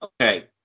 okay